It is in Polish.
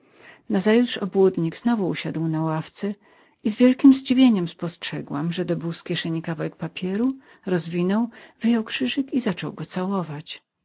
oka nazajutrz obłudnik znowu usiadł na ławce i z wielkiem zadziwieniem spostrzegłam że dobył z kieszeni kawałek papieru rozwinął wyjął krzyżyk i zaczął go całować